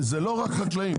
זה לא רק חקלאים,